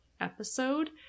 episode